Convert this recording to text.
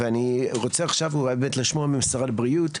אני מבקש עכשיו לשמוע ממשרד הבריאות,